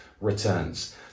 returns